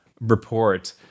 report